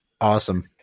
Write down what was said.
Awesome